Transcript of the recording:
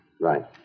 Right